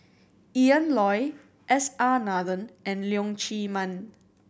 Ian Loy S R Nathan and Leong Chee Mun